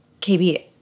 KB